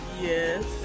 Yes